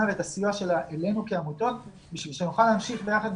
ואת הסיוע שלה אלינו כעמותות כדי שנוכל להמשיך ביחד,